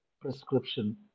prescription